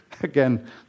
again